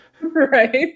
right